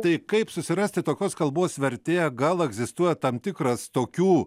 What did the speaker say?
tai kaip susirasti tokios kalbos vertėją gal egzistuoja tam tikras tokių